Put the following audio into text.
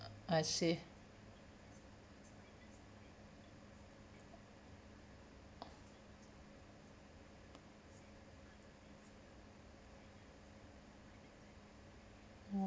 I see